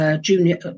junior